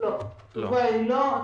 התשובה היא לא.